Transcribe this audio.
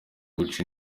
guca